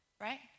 right